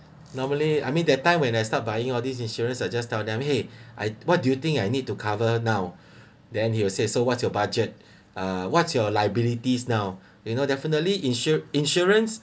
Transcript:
normally I mean that time when I start buying all these insurance I just tell them !hey! I what do you think I need to cover now then he will say so what's your budget uh what's your liabilities now you know definitely insure insurance